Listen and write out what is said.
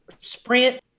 sprint